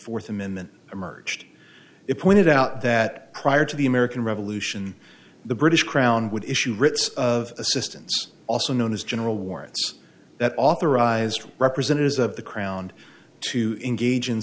fourth amendment emerged it pointed out that prior to the american revolution the british crown would issue writs of assistance also known as general warrants that authorized representatives of the crowned to engage in